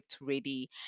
ready